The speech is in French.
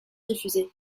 diffusé